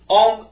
on